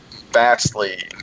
vastly